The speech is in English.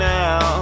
now